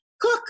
Cook